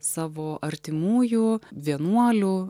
savo artimųjų vienuolių